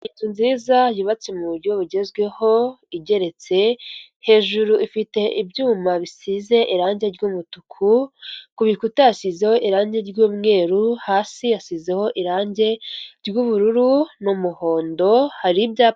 Inzu nziza yubatse mu buryo bugezweho igeretse hejuru ifite ibyuma bisize irangi ry'umutuku, ku bikuta hasizeho irangi ry'umweru, hasi hasizeho irangi ry'ubururu n'umuhondo, hari ibyapa.